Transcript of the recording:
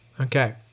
Okay